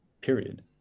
period